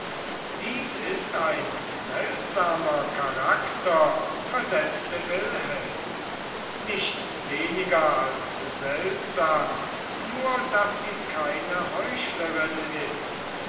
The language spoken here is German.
dies ist ein seltsamer charakter versetzte wilhelm nichts weniger als seltsam nur daß sie keine heuchlerin ist